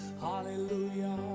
Hallelujah